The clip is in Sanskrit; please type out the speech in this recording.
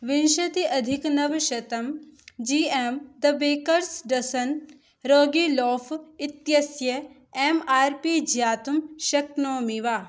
विंशत्यधिकनवशतं G M the baker's dozen ragi loaf इत्यस्य एम् आर् पी ज्ञातुं शक्नोमि वा